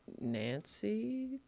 Nancy